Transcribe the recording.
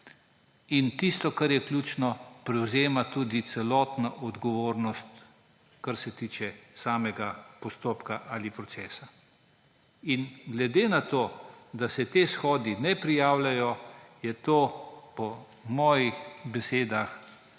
in, kar je ključno, prevzema tudi celotno odgovornost, kar se tiče samega postopka ali procesa. Glede na to da se ti shodi ne prijavljajo, je to po mojih besedah